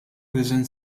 prison